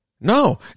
No